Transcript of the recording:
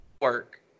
work